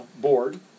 Board